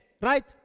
Right